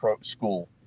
School